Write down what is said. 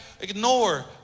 ignore